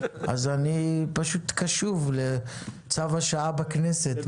אז אני קשוב לצו השעה בכנסת,